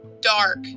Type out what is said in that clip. dark